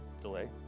delay